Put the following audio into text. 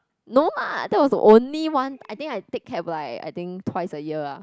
no lah that was the only one I think I take cab like I think twice a year ah